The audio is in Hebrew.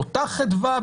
באותה חדווה,